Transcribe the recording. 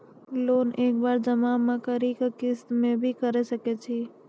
Loan एक बार जमा म करि कि किस्त मे भी करऽ सके छि?